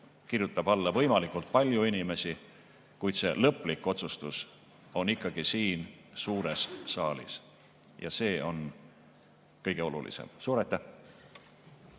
kirjutab alla võimalikult palju inimesi, kuid lõplik otsustus on ikkagi siin suures saalis ja see on kõige olulisem. Suur